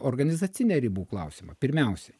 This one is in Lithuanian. organizacinį ribų klausimą pirmiausiai